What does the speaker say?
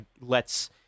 lets